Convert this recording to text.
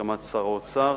בהסכמת שר האוצר,